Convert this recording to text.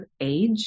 age